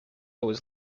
was